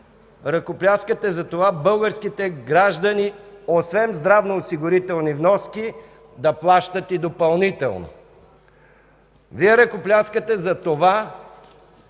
ръкопляскате за това българските граждани освен здравноосигурителни вноски, да плащат и допълнително. Вие ръкопляскате за това,